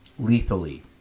lethally